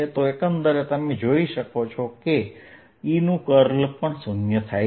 તો એકંદરે તમે જોઈ શકો છો કે E નું કર્લ 0 આવે છે